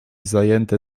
zajęte